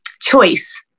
choice